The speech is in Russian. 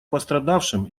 пострадавшим